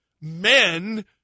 men